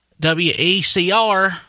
WECR